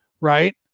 right